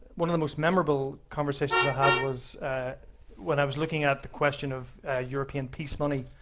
one of the most memorable conversations i had was when i was looking at the question of european peace money.